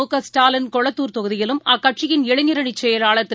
முகஸ்டாலின் கொளத்துர் தொகுதியிலும் அக்கட்சியின் இளைஞரணி செயலாளர் திரு